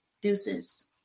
deuces